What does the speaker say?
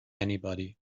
anybody